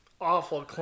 awful